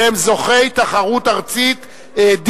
שהם זוכי תחרות דיבייט ארצית,